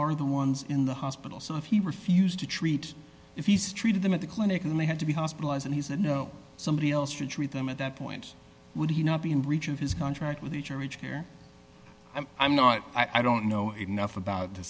are the ones in the hospital so if he refused to treat if he's treated them at the clinic and they had to be hospitalized and he said no somebody else should treat them at that point would he not be in breach of his contract with you to reach here and i'm not i don't know enough about the